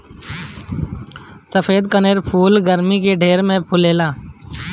सफ़ेद कनेर के फूल गरमी में ढेर फुलाला